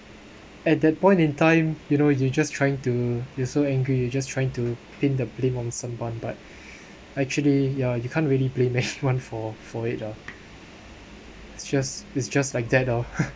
at that point in time you know you just trying to you so angry you just trying to pin the blame on someone but actually ya you can't really blame anyone for for it lah it's just it's just like that lor